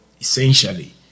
Essentially